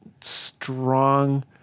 strong